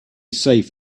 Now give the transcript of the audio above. safe